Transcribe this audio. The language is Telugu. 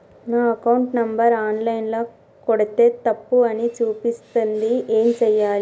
నా అకౌంట్ నంబర్ ఆన్ లైన్ ల కొడ్తే తప్పు అని చూపిస్తాంది ఏం చేయాలి?